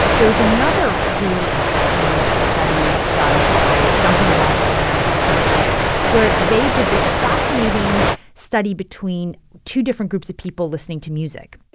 there's another really interesting study done by duncan watts and matthew salganik where they did this fascinating study between two different groups of people listening to music